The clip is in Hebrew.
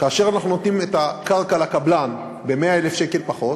כאשר אנחנו נותנים את הקרקע לקבלן ב-100,000 שקל פחות,